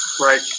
Right